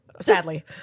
Sadly